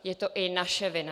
Je to i naše vina.